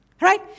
right